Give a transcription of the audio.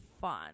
fun